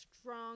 strong